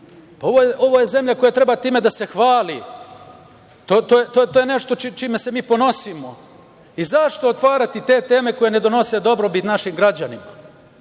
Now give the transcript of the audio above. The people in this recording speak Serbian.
Pa, ovo je zemlja koja treba time da se hvali. To je nešto čime se mi ponosimo.Zašto otvarati te teme koje ne donose dobrobit našim građanima?